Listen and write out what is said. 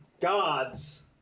Gods